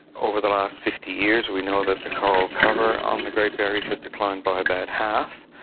over the last fifty years we know that the coral cover on the great barrier reef has declined by about half.